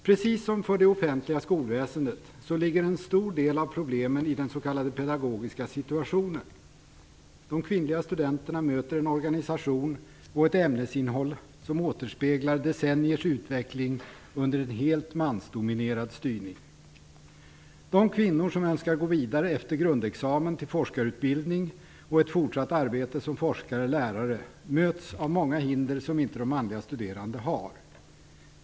Precis som för det offentliga skolväsendet så ligger en stor del av problemen i den s.k. pedagogiska situationen. De kvinnliga studenterna möter en organisation och ett ämnesinnehåll som återspeglar decenniers utveckling under en helt mansdominerad styrning. De kvinnor som önskar gå vidare efter grundexamen till forskarutbildning och ett fortsatt arbete som forskare/lärare möts av många hinder som inte de manliga studerande möter.